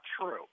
true